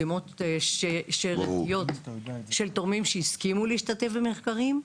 דגימות שארתיות של תורמים שהסכימו להשתתף במחקרים,